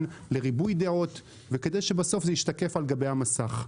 ולריבוי דעות כדי שבסוף זה ישתקף בסוף על גבי המסך.